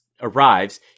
arrives